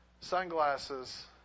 sunglasses